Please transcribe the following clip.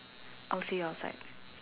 of your side